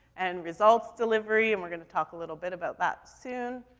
and results delivery, and we're gonna talk a little bit about that soon.